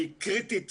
היא קריטית